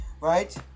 right